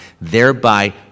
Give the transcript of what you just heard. thereby